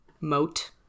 moat